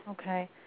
okay